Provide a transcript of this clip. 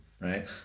right